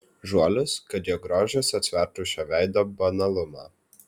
žuolis kad jo grožis atsvertų šio veido banalumą